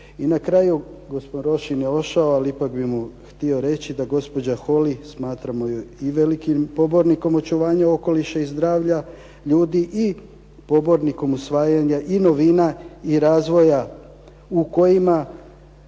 I na kraju, gospodin Rošin je otišao, ali ipak bih mu htio reći da gospođa Holy, smatramo ju i velikim pobornikom očuvanja okoliša i zdravlja ljudi i pobornikom usvajanja i novina i razvoja u kojima